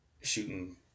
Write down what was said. shooting